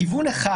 כיוון אחד,